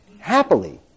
happily